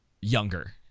younger